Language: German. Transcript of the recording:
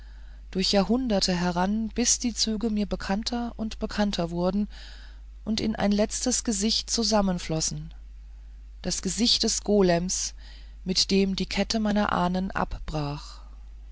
durch jahrhunderte heran bis die züge mir bekannter und bekannter wurden und in ein letztes gesicht zusammenflossen das gesicht des golem mit dem die kette meiner ahnen abbrach